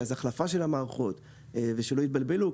יש החלפה של המערכות ושלא יתבלבלו.